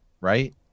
right